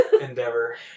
endeavor